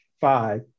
five